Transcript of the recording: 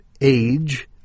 age